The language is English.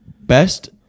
Best